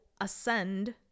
ascend